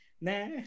nah